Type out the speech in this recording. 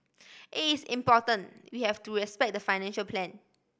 it is important we have to respect the financial plan